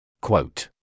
Quote